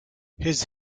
his